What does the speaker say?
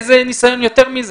איזה ניסיון יותר מזה?